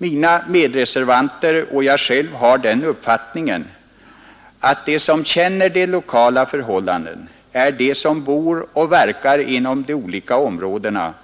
Mina medreservanter och jag själv har den uppfattningen att de som känner de lokala förhållandena är de som bor och verkar inom de olika områdena,